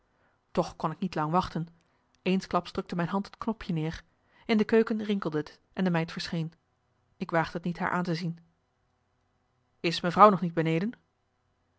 toch kon ik niet lang wachten eensklaps drukte mijn hand het knopje neer in de keuken rinkelde t en de meid verscheen ik waagde t niet haar aan te zien is mevrouw nog niet beneden